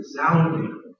resounding